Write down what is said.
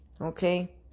Okay